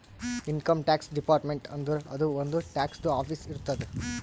income tax department ಅಂದುರ್ ಅದೂ ಒಂದ್ ಟ್ಯಾಕ್ಸದು ಆಫೀಸ್ ಇರ್ತುದ್